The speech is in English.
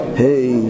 hey